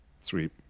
sweet